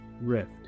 rift